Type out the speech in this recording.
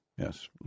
Yes